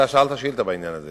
אתה שאלת שאילתא בעניין הזה